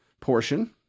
portion